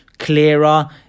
clearer